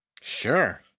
Sure